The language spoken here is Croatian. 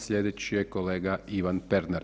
Sljedeći je kolega Ivan Pernar.